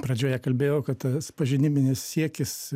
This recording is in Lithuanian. pradžioje kalbėjau kad tas pažiniminis siekis